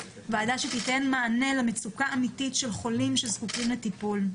ועדה שתיתן מענה למצוקה האמיתית של חולים שזקוקים לטיפול.